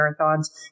marathons